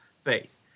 faith